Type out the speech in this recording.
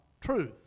truth